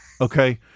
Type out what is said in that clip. okay